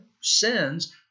sins